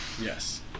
yes